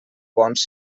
bons